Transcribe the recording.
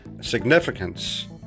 significance